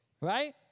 Right